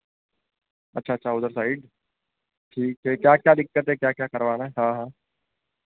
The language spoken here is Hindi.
अच्छा अच्छा उधर साइड ठीक है क्या क्या दिक्कत है क्या क्या करवाना है हाँ हाँ